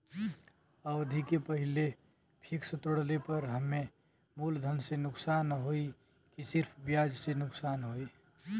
अवधि के पहिले फिक्स तोड़ले पर हम्मे मुलधन से नुकसान होयी की सिर्फ ब्याज से नुकसान होयी?